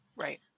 Right